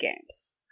games